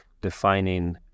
defining